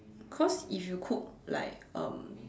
cause if you cook like um